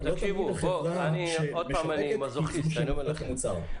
לא תמיד החברה שמשווקת היא זו --- את המוצר.